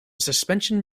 suspension